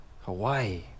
Hawaii